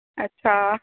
ਅੱਛਾ